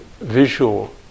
visual